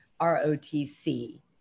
ROTC